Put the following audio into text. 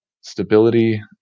stability